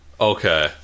Okay